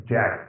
Jack